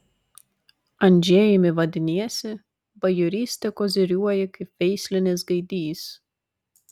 andžejumi vadiniesi bajoryste koziriuoji kaip veislinis gaidys